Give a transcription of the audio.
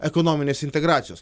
ekonominės integracijos